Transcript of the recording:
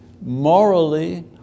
morally